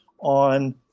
on